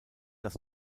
dass